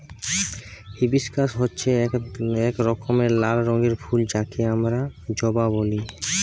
hibiscus হচ্যে এক রকমের লাল রঙের ফুল যাকে হামরা জবা ব্যলি